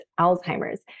Alzheimer's